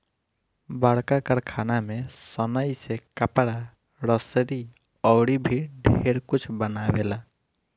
बड़का कारखाना में सनइ से कपड़ा, रसरी अउर भी ढेरे कुछ बनावेला